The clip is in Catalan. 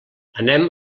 anem